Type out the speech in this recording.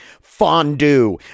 fondue